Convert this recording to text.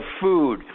food